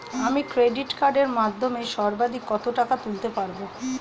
আমি ক্রেডিট কার্ডের মাধ্যমে সর্বাধিক কত টাকা তুলতে পারব?